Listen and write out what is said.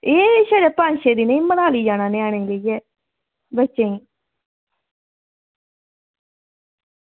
एह् छड़े सिर्फ पंज छे दिन एह् मनाली जाना इ'नेंगी लेइयै बच्चें ई